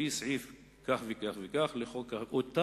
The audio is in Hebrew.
לפי סעיף כך וכך וכך לחוק התכנון והבנייה,